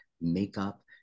makeup